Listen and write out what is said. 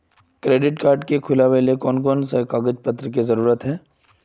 Credit card के खुलावेले कोन कोन कागज पत्र की जरूरत है?